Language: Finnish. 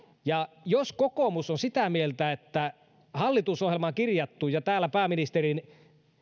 ja jos kokoomus on sitä mieltä että hallitusohjelmaan kirjattu ja täällä pääministerin